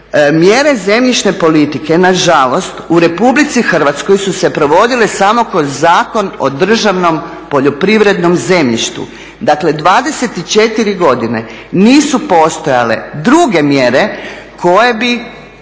mjere zemljišne politike nažalost u RH su se provodile samo kroz Zakon o državnom poljoprivrednom zemljištu. Dakle, 24 godine nisu postojale druge mjere koje bi